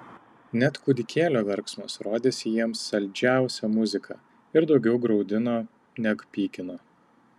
net kūdikėlio verksmas rodėsi jiems saldžiausia muzika ir daugiau graudino neg pykino